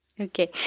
Okay